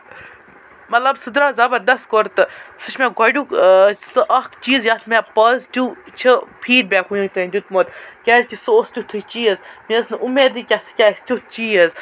مطلب سُہ دراو زَبردست کُرتہٕ سُہ چھُ مےٚ گۄڈٕنُک سُہ اکھ چیٖز یَتھ مےٚ پوٚزِٹیٖو چھُ فیٖڈ بٮ۪ک ؤنیُک تام دیُتمُت کیازِکہِ سُہ اوس تِتھُے چیٖز مےٚ ٲسۍ نہٕ اُمیٖدٕے نہٕ سُہ کیاہ آسہِ تِژھ چیٖز